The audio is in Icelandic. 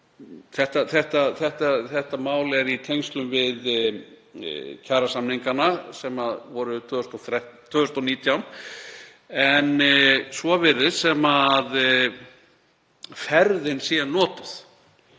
Þetta mál er í tengslum við kjarasamningana sem voru 2019 en svo virðist sem ferðin hafi verið notuð